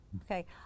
Okay